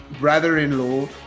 brother-in-law